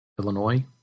Illinois